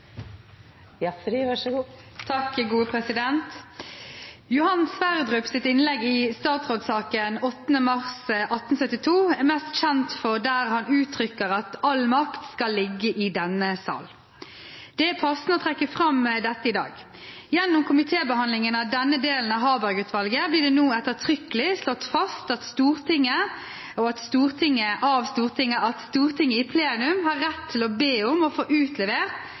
innlegg i statsrådsaken 8. mars 1872 er mest kjent for at han uttrykker at all makt skal ligge i denne sal. Det er passende å trekke fram dette i dag. Gjennom komitébehandlingen av denne delen av Harberg-utvalget blir det nå ettertrykkelig slått fast av Stortinget at Stortinget i plenum har rett til å be om